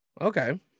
Okay